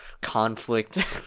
conflict